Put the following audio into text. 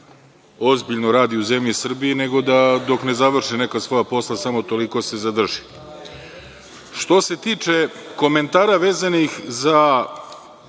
ozbiljno radi u zemlji Srbiji nego da dok ne završi neka svoja posla samo toliko se zadrži. Što se tiče komentara vezanih za